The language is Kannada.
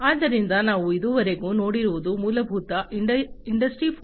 ಆದ್ದರಿಂದ ನಾವು ಇದುವರೆಗೂ ನೋಡಿರುವುದು ಮೂಲತಃ ಇಂಡಸ್ಟ್ರಿ 4